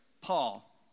Paul